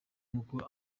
nkuko